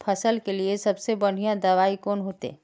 फसल के लिए सबसे बढ़िया दबाइ कौन होते?